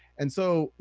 and so,